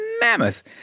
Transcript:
mammoth